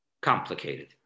complicated